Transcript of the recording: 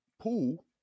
pool